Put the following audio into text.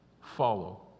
follow